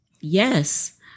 yes